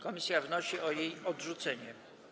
Komisja wnosi o jej odrzucenie.